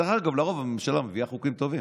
דרך אגב, לרוב הממשלה מביאה חוקים טובים.